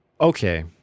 okay